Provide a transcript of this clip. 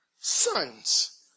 sons